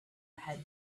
had